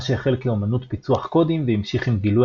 מה שהחל כאמנות פיצוח קודים והמשיך עם גילוי